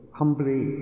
humbly